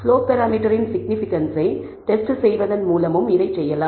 slope பராமீட்டரின் சிக்னிபிகன்ஸை test செய்வதன் மூலமும் இதைச் செய்யலாம்